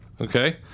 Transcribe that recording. Okay